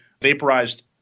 vaporized